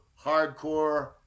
hardcore